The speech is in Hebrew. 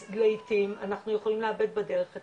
אז לעיתים אנחנו יכולים לאבד בדרך את